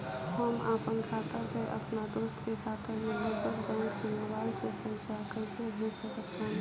हम आपन खाता से अपना दोस्त के खाता मे दोसर बैंक मे मोबाइल से पैसा कैसे भेज सकत बानी?